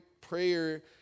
prayer